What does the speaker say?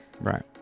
right